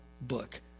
book